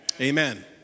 Amen